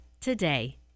today